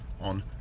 on